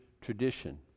tradition